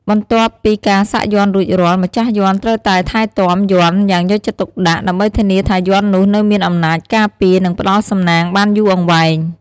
បន្ទាប់ពីការសាក់យ័ន្តរួចរាល់ ម្ចាស់យន្តត្រូវតែថែទាំ យន្តយ៉ាងយកចិត្តទុកដាក់ ដើម្បីធានាថាយន្តនោះនៅមានអំណាចការពារ និងផ្ដល់សំណាងបានយូរអង្វែង។